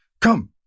Come